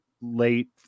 late